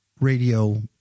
Radio